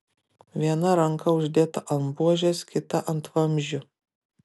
viena ranka uždėta ant buožės kita ant vamzdžių